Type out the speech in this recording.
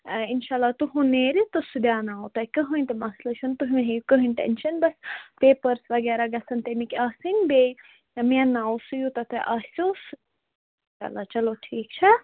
آ اَنشااللہ تُہُنٛد نیرِ تہٕ سُہ دیٛاوناوہو کٕہیٖنٛۍ تہِ مسلہٕ چھُنہٕ تُہۍ مہٕ ہیٚیِو کٕہیٖنٛۍ ٹٮ۪نشن بَس پیپرٲرٕس وغیرہ گَژھن تمِکۍ آسٕنۍ بیٚیہِ مینٕناوَو سُہ یوٗتاہ تہِ آسٮ۪و چلا چلو ٹھیٖک چھا